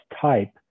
type